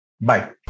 Bye